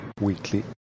Weekly